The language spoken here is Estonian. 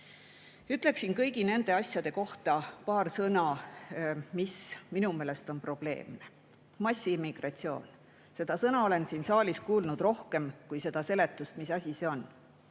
Ütleksin kõigi nende asjade kohta paari sõnaga, mis minu meelest on probleemid. Massiimmigratsioon. Seda sõna olen siin saalis kuulnud rohkem kui seletust, mis asi see on.